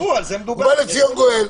ובא לציון גואל.